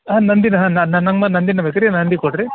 ಹಾಂ ನಂದಿನಾ ನಮಗೆ ನಂದಿನೇ ಬೇಕು ರೀ ನಂದಿ ಕೊಡಿರಿ